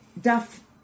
Duff